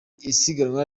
isiganwa